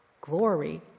glory